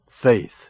faith